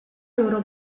loro